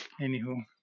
Anywho